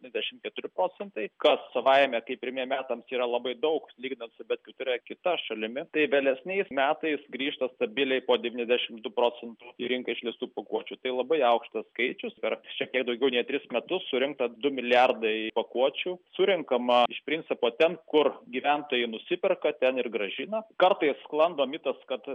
dvidešimt keturi procentai kas savaime kaip pirmiems metams yra labai daug lyginant su bet kuria kita šalimi tai vėlesniais metais grįžta stabiliai po devyniasdešimt du procentų į rinką išleistų pakuočių tai labai aukštas skaičius per šiek tiek daugiau nei tris metus surinkta du milijardai pakuočių surenkama iš principo ten kur gyventojai nusiperka ten ir grąžina kartais sklando mitas kad